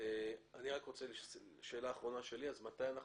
רק שאלה אחרונה שלי, מתי אנחנו